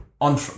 on